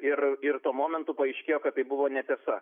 ir ir tuo momentu paaiškėjo kad tai buvo netiesa